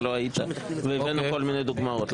הבאנו כל מיני דוגמאות.